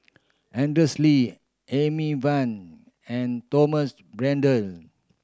Andrews Lee Amy Van and Thomas Braddell